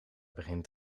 begint